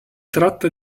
tratta